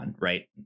right